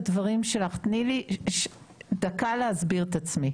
תני לי להסביר את עצמי.